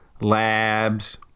labs